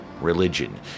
religion